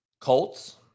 Colts